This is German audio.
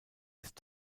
ist